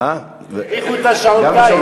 האריכו את שעון הקיץ.